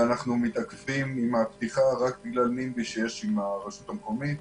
ואנחנו מתעכבים עם הפתיחה רק בגלל נמב"י שיש עם הרשות המקומית.